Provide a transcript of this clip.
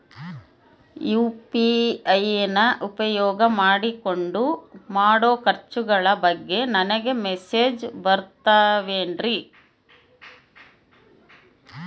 UPI ನ ಉಪಯೋಗ ಮಾಡಿಕೊಂಡು ಮಾಡೋ ಖರ್ಚುಗಳ ಬಗ್ಗೆ ನನಗೆ ಮೆಸೇಜ್ ಬರುತ್ತಾವೇನ್ರಿ?